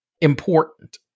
important